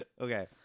okay